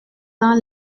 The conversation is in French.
dans